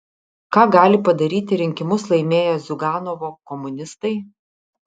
ką gali padaryti rinkimus laimėję ziuganovo komunistai